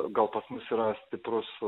gal pas mus yra stiprus